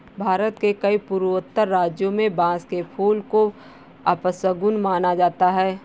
भारत के कई पूर्वोत्तर राज्यों में बांस के फूल को अपशगुन माना जाता है